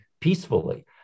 peacefully